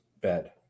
bed